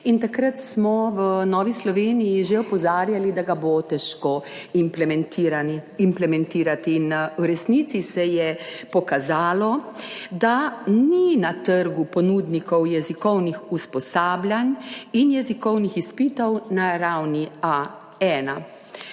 takrat smo v Novi Sloveniji že opozarjali, da ga bo težko implementirati. V resnici se je pokazalo, da na trgu ni ponudnikov jezikovnih usposabljanj in jezikovnih izpitov na ravni A1.